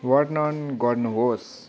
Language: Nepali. वर्णन गर्नुहोस्